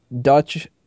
Dutch